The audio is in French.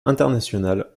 internationale